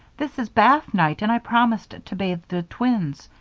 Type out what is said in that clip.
this is bath night and i promised to bathe the twins.